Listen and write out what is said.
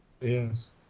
Yes